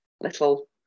little